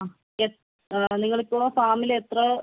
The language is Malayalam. അ നിങ്ങളിപ്പോൾ ഫാമിൽ എത്ര